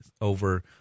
over